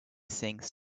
things